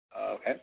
Okay